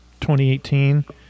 2018